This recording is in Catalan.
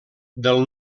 del